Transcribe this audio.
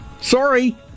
Sorry